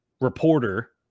reporter